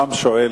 גם שואל,